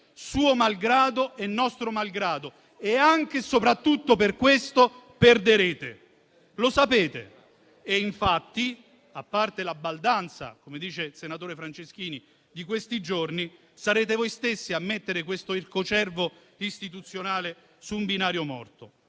suo malgrado e nostro malgrado. Anche e soprattutto per questo perderete. Lo sapete e infatti, a parte la baldanza - come dice il senatore Franceschini - di questi giorni, sarete voi stessi a mettere questo ircocervo istituzionale su un binario morto.